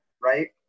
right